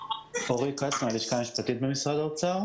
אני עו"ד אורי כץ מן הלשכה המשפטית במשרד האוצר.